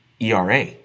ERA